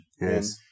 Yes